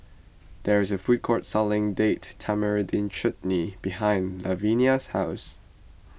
there is a food court selling Date Tamarind Chutney behind Lavenia's house